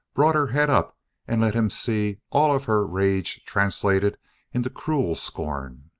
brought her head up and let him see all of her rage translated into cruel scorn.